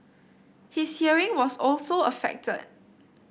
his hearing was also affected